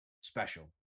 special